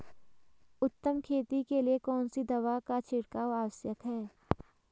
उत्तम खेती के लिए कौन सी दवा का छिड़काव आवश्यक है?